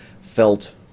felt